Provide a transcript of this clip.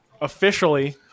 officially